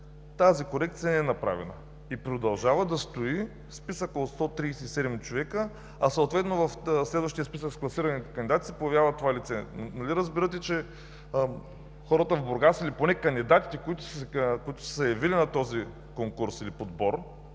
тази корекция не е направена и продължава да стои списъка от 137 човека, а съответно в следващия списък с класираните кандидати се появява това лице? Нали разбирате, че хората в Бургас или поне кандидатите, които са се явили на този конкурс или подбор